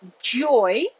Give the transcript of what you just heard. joy